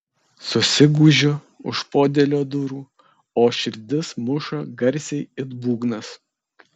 susigūžiu už podėlio durų o širdis muša garsiai it būgnas